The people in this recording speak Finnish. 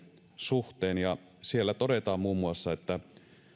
suhteen siellä todetaan muun muassa